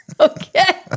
Okay